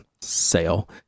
sale